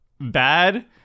bad